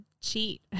cheat